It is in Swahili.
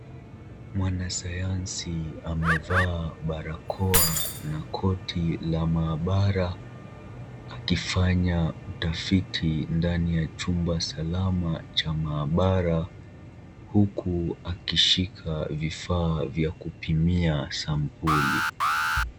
Mwanasayansi amevaa barakoa na koti la maabara akifanya utafiti ndani ya chumba salama cha maabara huku akishika vifaa vya kupimia sampuli.